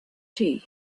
tea